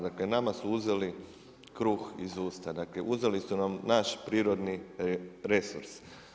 Dakle nama su uzeli kruh iz usta, dakle uzeli su nam naš prirodni resurs.